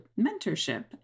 mentorship